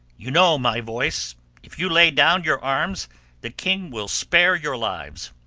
you know my voice if you lay down your arms the king will spare your lives!